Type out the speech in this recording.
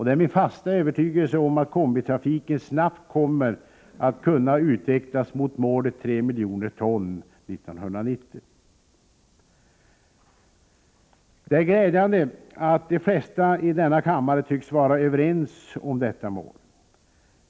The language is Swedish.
Det är min fasta övertygelse att kombitrafiken snabbt kommer att kunna utvecklas mot målet 3 miljoner ton år 1990. Det är glädjande att de flesta i denna kammare tycks vara överens om detta mål.